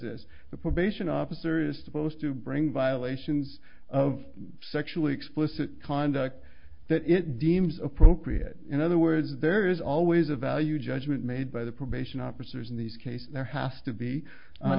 this the probation officer is supposed to bring violations of sexually explicit conduct that it deems appropriate in other words there is always a value judgment made by the probation officers in these cases there has to be